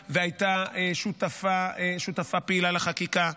שהגיעה והייתה שותפה פעילה לחקיקה,